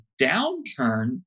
downturn